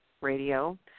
Radio